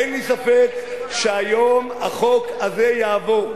אין לי ספק שהיום החוק הזה יעבור,